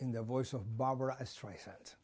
in the voice of barbra streisand